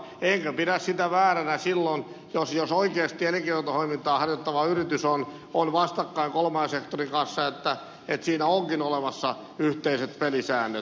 enkä pidä sitä vääränä silloin jos oikeasti elinkeinotoimintaa harjoittava yritys on vastakkain kolmannen sektorin kanssa että siinä onkin olemassa yhteiset pelisäännöt